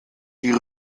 die